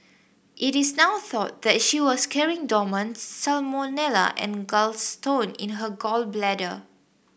it is now thought that she was carrying dormant's salmonella on gallstone in her gall bladder